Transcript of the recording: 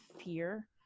fear